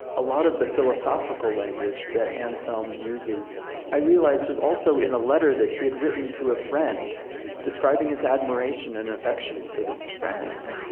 a lot of the philosophical language that anselm uses i realized was also in a letter that he had written to a friend describing his admiration and affection for this friend.